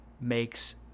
makes